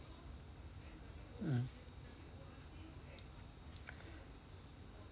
mm